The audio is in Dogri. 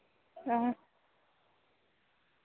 हां